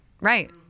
Right